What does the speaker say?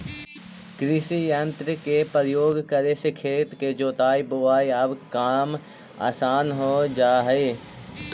कृषियंत्र के प्रयोग करे से खेत के जोताई, बोआई सब काम असान हो जा हई